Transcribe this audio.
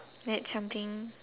that's something